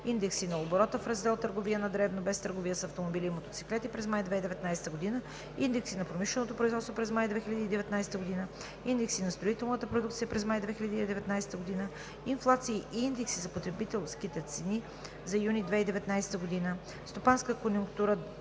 индекси на оборота в Раздел „Търговия на дребно“, без търговия с автомобили и мотоциклети през май 2019 г.; индекси на промишленото производство през май 2019 г.; индекси на строителната продукция през май 2019 г.; инфлации и индекси за потребителските цени за юни 2019 г.; стопанска конюнктура